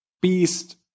Beast